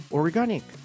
organic